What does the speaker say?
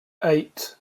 eight